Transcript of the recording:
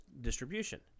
distribution